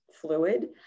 fluid